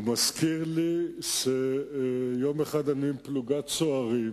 הוא מזכיר לי שיום אחד הייתי עם פלוגת צוערים,